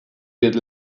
diet